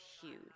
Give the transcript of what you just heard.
huge